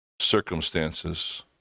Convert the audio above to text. circumstances